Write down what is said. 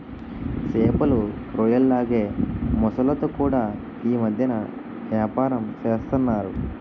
సేపలు, రొయ్యల్లాగే మొసల్లతో కూడా యీ మద్దెన ఏపారం సేస్తన్నారు